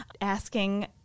asking